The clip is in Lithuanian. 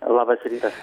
labas rytas